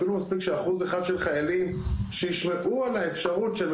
אפילו מספיק שאחוז אחד של חיילים שישמעו על האפשרות שהם